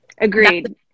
Agreed